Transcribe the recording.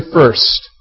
first